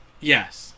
yes